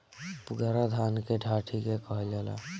पुअरा धान के डाठी के कहल जाला